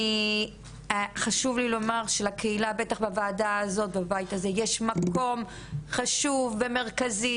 אני חשוב לי לומר שלקהילה במקום הזה ובבית הזה יש מקום חשוב ומרכזי